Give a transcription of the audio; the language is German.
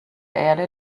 erde